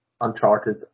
Uncharted